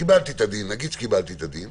קיבלתי את הדין, נגיד שקיבלתי את הדין